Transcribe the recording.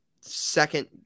second